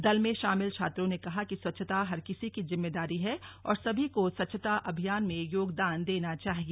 दल में शामिल छात्रों ने कहा कि स्वच्छता हर किसी की जिम्मेदारी है और सभी को स्वच्छता अभियान में योगदान देना चाहिए